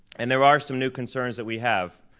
and there are some new concerns that we have.